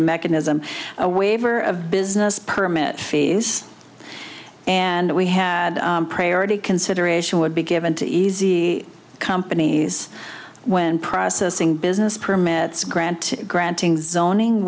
a mechanism a waiver of business permit fees and we had priority consideration would be given to easy companies when processing business permits grant granting zoning